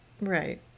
Right